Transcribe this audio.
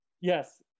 Yes